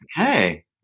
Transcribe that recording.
Okay